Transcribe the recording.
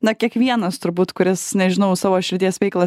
na kiekvienas turbūt kuris nežinau savo širdies veiklą